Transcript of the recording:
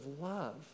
love